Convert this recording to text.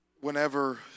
Whenever